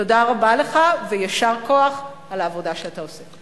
תודה רבה לך ויישר כוח על העבודה שאתה עושה.